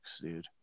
dude